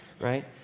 right